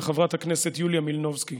לחברת הכנסת יוליה מלינובסקי.